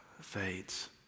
fades